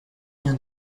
rien